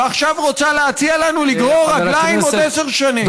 ועכשיו רוצה להציע לנו לגרור רגליים עוד עשר שנים.